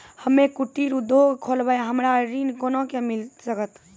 हम्मे कुटीर उद्योग खोलबै हमरा ऋण कोना के मिल सकत?